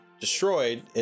destroyed